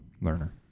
learner